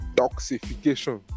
toxification